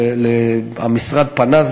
המשרד פנה,